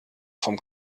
vom